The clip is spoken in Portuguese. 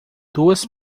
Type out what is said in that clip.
duas